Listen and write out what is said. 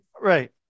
right